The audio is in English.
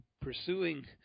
pursuing